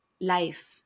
life